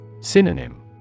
Synonym